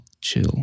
chill